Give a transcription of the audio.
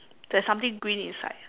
there's something green inside